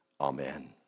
Amen